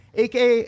aka